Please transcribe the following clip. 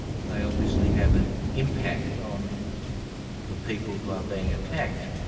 they obviously have an impact on the people who are being attacked.